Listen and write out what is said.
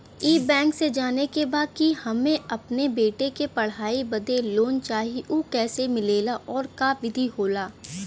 ई बैंक से जाने के बा की हमे अपने बेटा के पढ़ाई बदे लोन चाही ऊ कैसे मिलेला और का विधि होला?